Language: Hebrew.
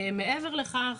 מעבר לכך,